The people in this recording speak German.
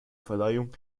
verleihung